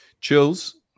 Chills